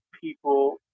people